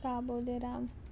काबो दे राम